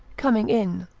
coming in.